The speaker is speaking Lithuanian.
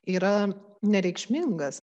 yra nereikšmingas